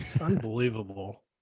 Unbelievable